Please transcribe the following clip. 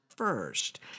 first